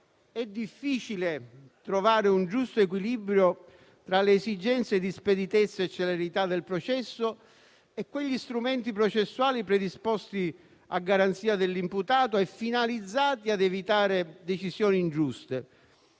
è difficile trovare un giusto equilibrio tra le esigenze di speditezza e celerità del processo e quegli strumenti processuali predisposti a garanzia dell'imputato e finalizzati ad evitare decisioni ingiuste.